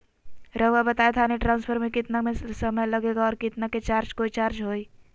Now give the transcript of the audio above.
रहुआ बताएं थाने ट्रांसफर में कितना के समय लेगेला और कितना के चार्ज कोई चार्ज होई?